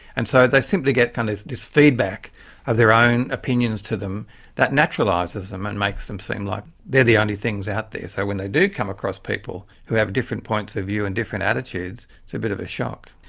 and so they simply get kind of this feedback of their own opinions to them that naturalises them and makes them seem like they're the only things out there. so when they do come across people who have different points of view and different attitudes, it's a bit of a shock.